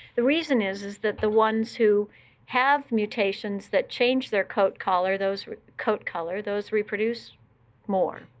the reason is is that the ones who have mutations that change their coat color, those coat color, those reproduce more.